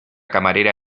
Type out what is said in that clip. camarera